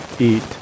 eat